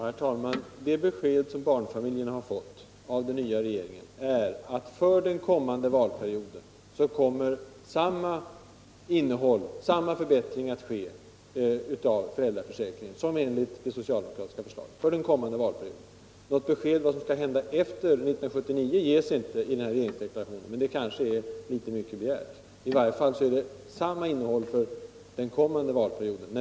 Herr talman! Det besked som barnfamiljerna har fått av den nya regeringen är att för den kommande valperioden skall lika stor förbättring komma till stånd av föräldraförsäkringen, som enligt det socialdemokratiska förslaget. Något besked om vad som kan hända efter 1979 ges inte i den här regeringsdeklarationen och det är kanske för mycket begärt. Samma innehåll beträffande reformtakten gäller under den kommande valperioden.